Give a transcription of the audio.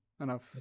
enough